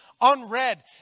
unread